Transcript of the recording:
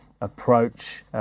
approach